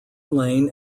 lane